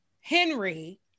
Henry